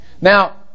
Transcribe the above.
Now